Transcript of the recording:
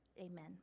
Amen